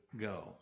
go